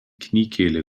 kniekehle